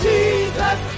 Jesus